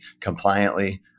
compliantly